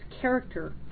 character